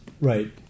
Right